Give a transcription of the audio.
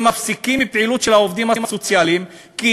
הם מפסיקים את הפעילות של העובדים הסוציאליים כי